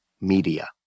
media